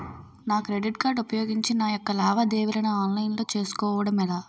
నా credit card ఉపయోగించి నా యెక్క లావాదేవీలను ఆన్లైన్ లో చేసుకోవడం ఎలా?